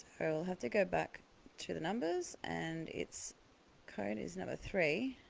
i'll have to go back to the numbers and its code is number three